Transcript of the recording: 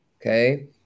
okay